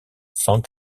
cent